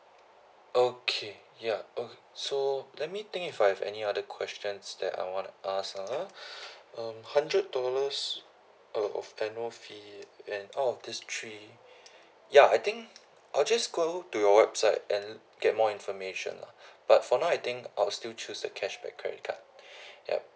okay ya okay so let me think if I have any other questions that I want to ask ah um hundred dollars of annual fee and out of these three ya I think I'll just go to your website and get more information lah but for now I think I'll still choose a cashback credit card yup